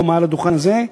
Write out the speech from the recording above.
פה מעל הדוכן הזה,